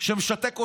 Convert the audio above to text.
שמשתק אותם.